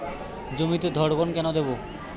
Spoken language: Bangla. জমিতে ধড়কন কেন দেবো?